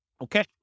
Okay